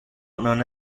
non